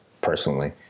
personally